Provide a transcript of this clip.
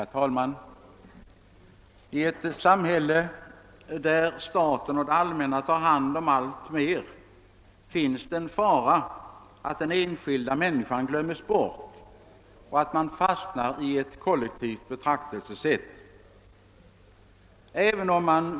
Herr talman! I ett samhälle där staten och det allmänna tar hand om alltmer finns det en fara att den enskilda människan glöms bort och att man fastnar i ett kollektivt betraktelsesätt.